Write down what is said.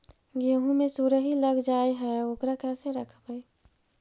गेहू मे सुरही लग जाय है ओकरा कैसे रखबइ?